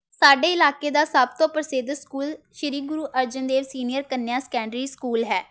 ਸਾਡੇ ਇਲਾਕੇ ਦਾ ਸਭ ਤੋਂ ਪ੍ਰਸਿੱਧ school Shri Guru Arjan Dev senior Kanya secondary school ਹੈ